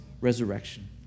resurrection